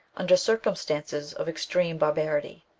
under circumstances of extreme barbarity.